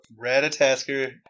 Ratatasker